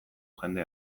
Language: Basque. jende